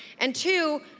and two,